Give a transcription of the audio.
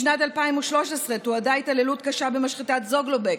בשנת 2013 תועדה התעללות קשה במשחטת זוגלובק.